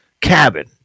cabin